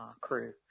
crew